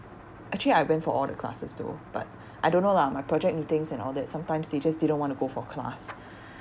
actually I went for all the classes though but I don't know lah my project meetings and all that sometimes they just didn't want to go for class